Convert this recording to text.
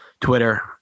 Twitter